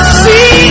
see